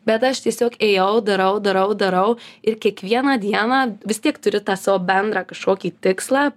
bet aš tiesiog ėjau darau darau darau ir kiekvieną dieną vis tiek turi tą savo bendrą kažkokį tikslą